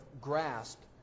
grasped